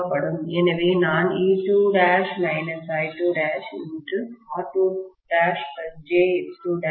எனவே நான் E2' I2' R2'jX2'